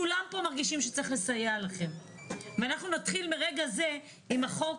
כולם פה מרגישים שצריך לסייע לכם ואנחנו נתחיל מרגע זה עם החוק.